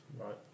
Right